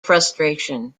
frustration